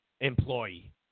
employee